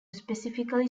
specifically